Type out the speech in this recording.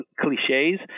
cliches